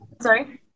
Sorry